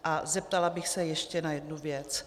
A zeptala bych se ještě na jednu věc.